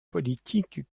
politique